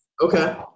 Okay